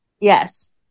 Yes